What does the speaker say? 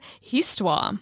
histoire